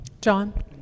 John